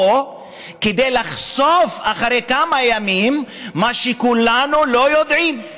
או כדי לחשוף אחרי כמה ימים מה שכולנו לא יודעים,